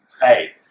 Hey